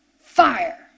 Fire